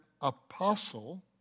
apostle